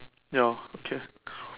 ya okay